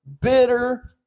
bitter